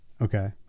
Okay